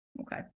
Okay